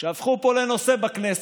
שהפכו פה לנושא בכנסת,